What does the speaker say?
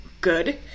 good